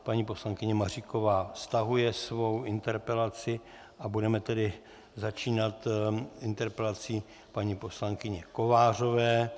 Paní poslankyně Maříková stahuje svou interpelaci, budeme tedy začínat interpelací paní poslankyně Kovářové.